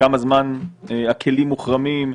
לכמה זמן הכלים מוחרמים.